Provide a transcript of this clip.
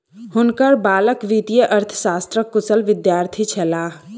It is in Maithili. हुनकर बालक वित्तीय अर्थशास्त्रक कुशल विद्यार्थी छलाह